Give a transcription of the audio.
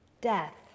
death